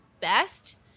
best